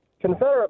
Confederate